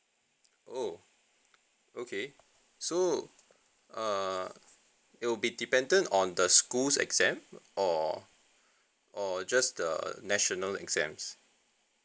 oh okay so err it will be dependent on the school's exam or or just uh national exams